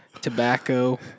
tobacco